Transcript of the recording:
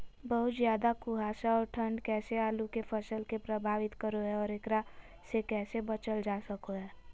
बहुत ज्यादा कुहासा और ठंड कैसे आलु के फसल के प्रभावित करो है और एकरा से कैसे बचल जा सको है?